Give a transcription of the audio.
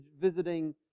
visiting